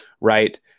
right